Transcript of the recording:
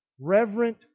reverent